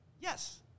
Yes